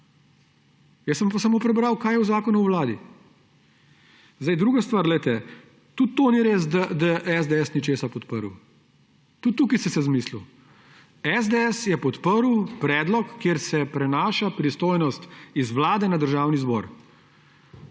Jaz sem pa samo prebral, kaj je v Zakonu o vladi. Druga stvar, poglejte. Tudi to ni res, da SDS ni česa podprl. Tudi tukaj ste si izmislili. SDS je podprl predlog, kjer se prenaša pristojnost z Vlade na Državni zbor.